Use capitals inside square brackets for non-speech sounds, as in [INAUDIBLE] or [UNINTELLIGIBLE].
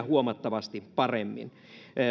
[UNINTELLIGIBLE] huomattavasti paremmin